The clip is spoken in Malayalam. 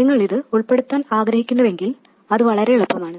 നിങ്ങൾ ഇത് ഉൾപ്പെടുത്താൻ ആഗ്രഹിക്കുന്നുവെങ്കിൽ അത് വളരെ എളുപ്പമാണ്